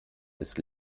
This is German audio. ist